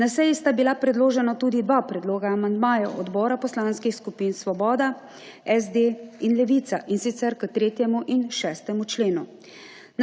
Na seji sta bila predložena tudi dva predloga amandmajev odbora poslanskih skupin Svoboda, SD in Levica, in sicer k 3. in 6. členu.